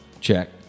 check